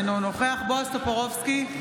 אינו נוכח בועז טופורובסקי,